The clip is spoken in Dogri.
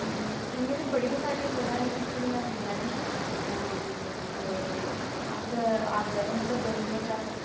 इयां ते बड़ियां सारियां जगह्ं न इत्थै घुम्मने फिरने आह्लियां ते अस हर जगह् मतलब गर्मियें च अस